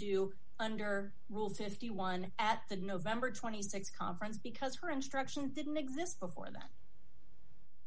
do under rule fifty one at the november th conference because her instruction didn't exist before that